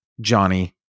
Johnny